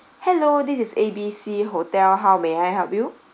hello this is A B C hotel how may I help you